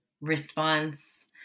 response